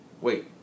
wait